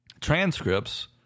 transcripts